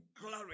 glory